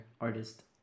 artist